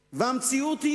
והמציאות,